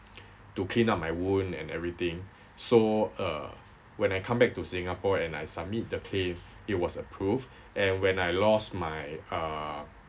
to clean up my wound and everything so uh when I come back to singapore and I submit the claim it was approved and when I lost my uh